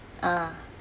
ah